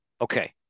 Okay